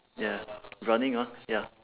ya running ah ya